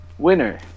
winner